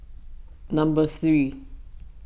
number three